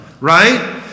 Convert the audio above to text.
right